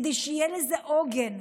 כדי שיהיה לזה עוגן,